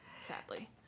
Sadly